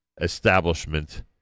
establishment